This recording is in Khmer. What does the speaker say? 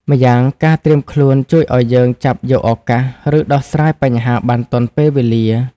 ម្យ៉ាងការត្រៀមខ្លួនជួយឱ្យយើងចាប់យកឱកាស ឬដោះស្រាយបញ្ហាបានទាន់ពេលវេលា។